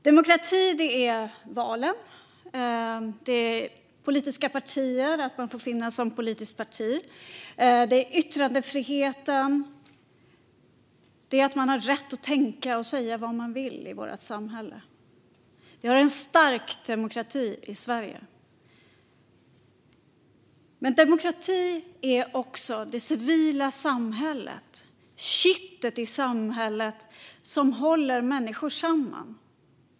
Demokrati är valen, det är de politiska partierna - att man får finnas som politiskt parti - och det är yttrandefriheten, att man har rätt att tänka och säga vad man vill i vårt samhälle. Vi har en stark demokrati i Sverige. Men demokrati är också det civila samhället - kittet i samhället som håller människor samman.